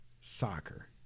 Soccer